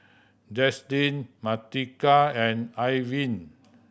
Jaslyn Martika and Irving